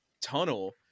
tunnel